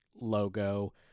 logo